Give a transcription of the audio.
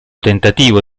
tentativo